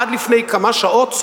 עד לפני כמה שעות,